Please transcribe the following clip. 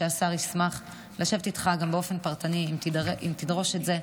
שהשר ישמח לשבת איתך גם באופן פרטני אם תדרוש את זה,